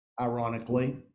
ironically